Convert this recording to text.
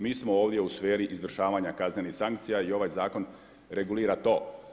Mi smo ovdje u sferi izvršavanja kaznenih sankcija i ovaj zakon regulira to.